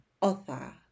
author